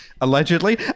allegedly